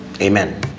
Amen